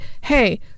hey